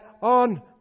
on